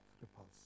repulse